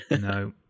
No